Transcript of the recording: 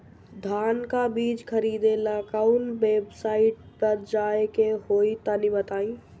धान का बीज खरीदे ला काउन वेबसाइट पर जाए के होई तनि बताई?